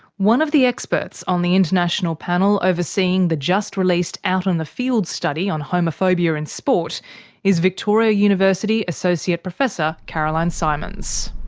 one of the experts on the international panel overseeing the just-released out on the fields study on homophobia in sport is victoria university associate professor caroline symons.